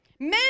Men